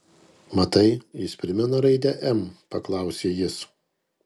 matai jis primena raidę m paklausė jis